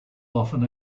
often